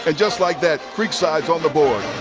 and just like that, creekside's on the board.